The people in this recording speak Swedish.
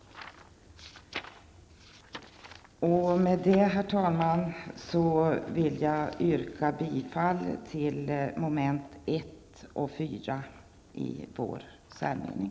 Med detta, herr talman, vill jag yrka bifall till mom. 1 och 4 i vår särmening.